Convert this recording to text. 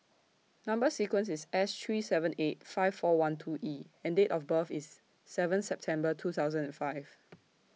Number sequence IS S three seven eight five four one two E and Date of birth IS seven September two thousand and five